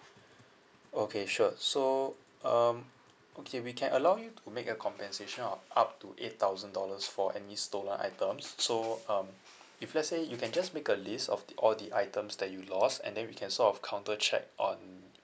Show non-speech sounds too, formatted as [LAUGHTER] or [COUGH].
okay sure so um okay we can allow you to make a compensation of up to eight thousand dollars for any stolen items [NOISE] so um if let's say you [NOISE] can just make a list of th~ all the items that you lost and then we can sort of counter check on